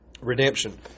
Redemption